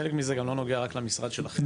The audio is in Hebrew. חלק מזה גם לא נוגע רק למשרד שלכם.